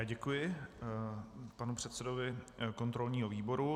Děkuji panu předsedovi kontrolního výboru.